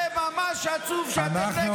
זה ממש עצוב שאתם נגד החוק הזה.